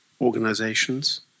Organizations